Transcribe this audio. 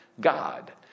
God